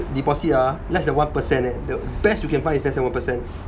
deposit ah less than one percent leh at the best you can find is less than one percent